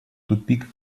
тупик